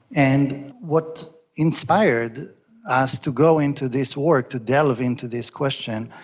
and what inspired us to go into this work, to delve into this question,